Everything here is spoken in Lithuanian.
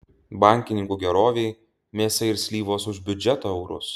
bankininkų gerovei mėsa ir slyvos už biudžeto eurus